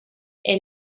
est